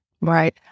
Right